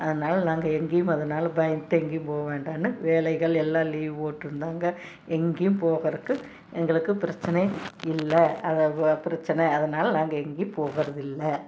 அதனால் நாங்கள் எங்கேயும் அதனால் பயந்துகிட்டு எங்கேயும் போக் வேண்டாம்னு வேலைகள் எல்லாம் லீவு போட்டு இருந்தாங்க எங்கேயும் போகறக்கு எங்களுக்கு பிரச்சினையே இல்லை அதை பிரச்சினை அதனால் நாங்கள் எங்கேயும் போகறதில்லை